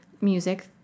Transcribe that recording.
music